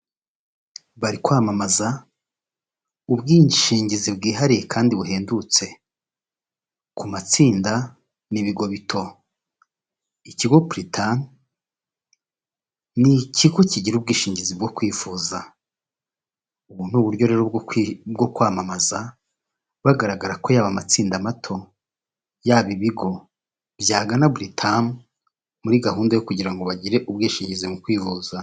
Bari kwamamaza ubwishingizi bwihariye kandi buhendutse, ku matsinda n'ibigo bito. Ikigo Burita ni ikigo kigira ubwishingizi bwo kwifuza. Ubu ni uburyo rero bwo kwamamaza bagaragaza ko yaba amatsinda mato, yaba ibigo, byagana buritamu, muri gahunda yo kugira ngo bagire ubwishingizi mu kwivuza.